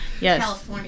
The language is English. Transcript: Yes